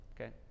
okay